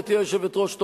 גברתי היושבת-ראש,